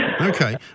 Okay